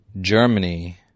Germany